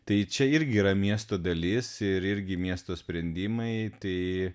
tai čia irgi yra miesto dalis ir irgi miesto sprendimai tai